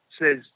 says